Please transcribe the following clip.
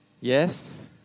Yes